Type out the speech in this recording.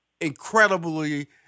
incredibly